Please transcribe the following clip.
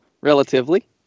relatively